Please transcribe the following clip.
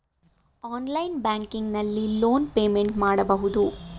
online banking ನಲ್ಲಿ loan payment ಮಾಡಬಹುದು